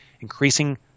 increasing